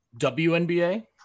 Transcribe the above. WNBA